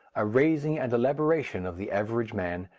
a raising and elaboration of the average man,